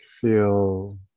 Feel